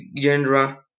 genre